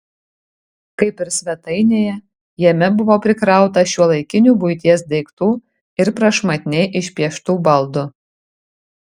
kaip ir svetainėje jame buvo prikrauta šiuolaikinių buities daiktų ir prašmatniai išpieštų baldų